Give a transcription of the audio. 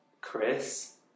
Chris